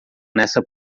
nessa